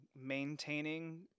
maintaining